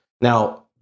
Now